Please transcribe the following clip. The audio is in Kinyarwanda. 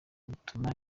bituma